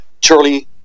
Charlie